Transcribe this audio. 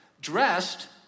dressed